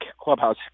clubhouse